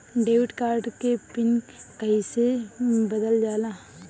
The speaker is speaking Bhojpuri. डेबिट कार्ड के पिन कईसे बदलल जाला?